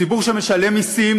ציבור שמשלם מסים,